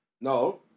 No